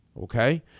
Okay